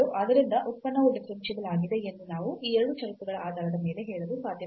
ಆದ್ದರಿಂದ ಉತ್ಪನ್ನವು ಡಿಫರೆನ್ಸಿಬಲ್ ಆಗಿದೆ ಎಂದು ನಾವು ಈ ಎರಡು ಷರತ್ತುಗಳ ಆಧಾರದ ಮೇಲೆ ಹೇಳಲು ಸಾಧ್ಯವಿಲ್ಲ